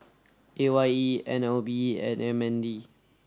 A Y E N L B and M N D